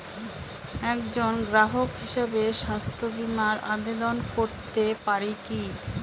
একজন গ্রাহক হিসাবে স্বাস্থ্য বিমার আবেদন করতে পারি কি?